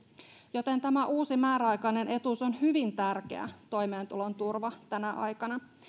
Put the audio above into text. joten tämä uusi määräaikainen etuus on hyvin tärkeä toimeentulon turva tänä aikana